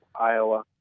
Iowa